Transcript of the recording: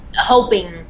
hoping